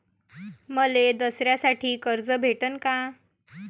मले दसऱ्यासाठी कर्ज भेटन का?